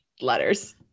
letters